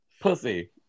Pussy